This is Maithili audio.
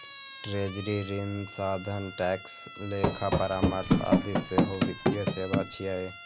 ट्रेजरी, ऋण साधन, टैक्स, लेखा परामर्श आदि सेहो वित्तीय सेवा छियै